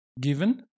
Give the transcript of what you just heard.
given